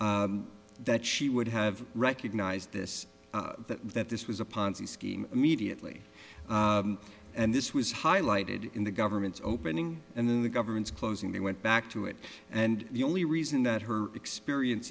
but that she would have recognized this that this was a ponzi scheme immediately and this was highlighted in the government's opening and then the government's closing they went back to it and the only reason that her experience